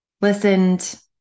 listened